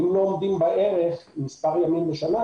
אם לא עומדים בערך מספר ימים בשנה,